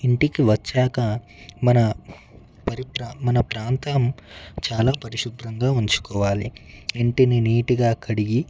ఇంటికి వచ్చాక మన పరి మన ప్రాంతం చాలా పరిశుభ్రంగా ఉంచుకోవాలి ఇంటిని నీటుగా కడిగి